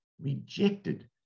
rejected